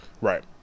Right